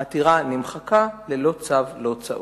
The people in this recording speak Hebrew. העתירה נמחקה ללא צו וללא הוצאות.